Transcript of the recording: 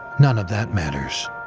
none of that matters.